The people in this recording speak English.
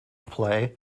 play